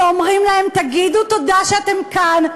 שאומרים להם: תגידו תודה שאתם כאן,